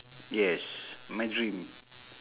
yes my dream